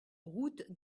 route